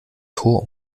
tor